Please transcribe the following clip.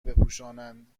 بپوشانند